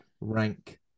rank